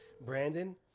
Brandon